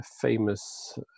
famous